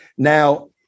Now